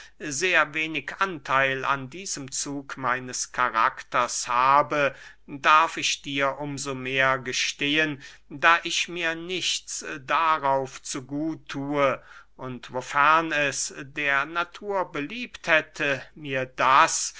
sehr wenig antheil an diesem zug meines karakters habe darf ich dir um so mehr gestehen da ich mir nichts darauf zu gut thue und wofern es der natur beliebt hätte mir das